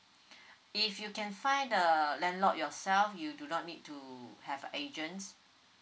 if you can find the landlord yourself you do not need to have a agent